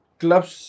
clubs